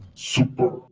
super